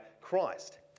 Christ